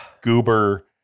goober